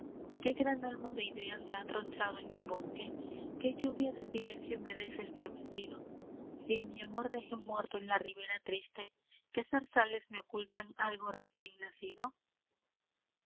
qué gran olmo de idea se ha tronchado en mi bosque qué lluvia de silencio me deja estremecido si a mi amor dejé muerto en la ribera triste qué zarzales me ocultan algo recién nacido